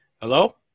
Hello